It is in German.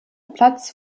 platz